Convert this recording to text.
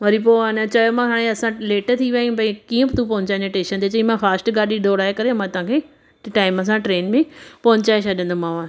वरी पोइ हाणे चयोमाव हाणे असां लेट थी विया आहियूं भई कीअं तू पोहचाईंदे टेशन ते चयईं मां फास्ट गाॾी दौड़ाए करे मां तव्हांखे टाइम सां ट्रेन में पोहचाए छॾिंदोमाव